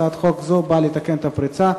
הצעת חוק זו באה לתקן את הפרצה הזאת.